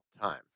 time